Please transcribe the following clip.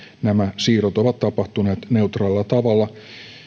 nämä siirrot ovat tapahtuneet neutraalilla tavalla